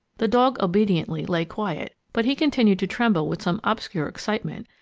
the dog obediently lay quiet, but he continued to tremble with some obscure excitement,